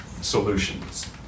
solutions